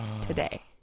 today